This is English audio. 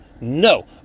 No